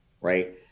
right